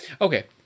okay